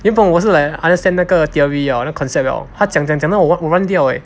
then 原本我是 like understand 那个 theory hor 那个 concept 了他讲讲讲到我乱掉 leh